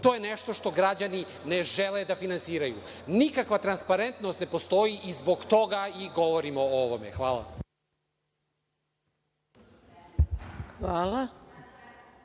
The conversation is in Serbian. To je nešto što građani ne žele da finansiraju. Nikakva transparentnost ne postoji i zbog toga i govorim o ovome. Hvala. **Maja